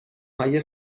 های